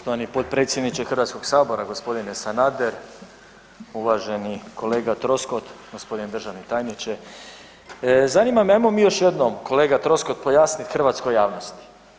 Poštovani potpredsjedniče Hrvatskog sabora gospodine Sanader, uvaženi kolega Troskot, gospodin državni tajniče zanima me ajmo mi još jednom kolega Troskot pojasniti hrvatskoj javnosti.